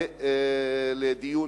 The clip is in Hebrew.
לדיון,